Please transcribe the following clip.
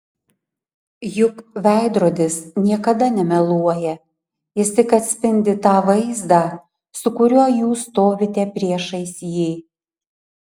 juk veidrodis niekada nemeluoja jis tik atspindi tą vaizdą su kuriuo jūs stovite priešais jį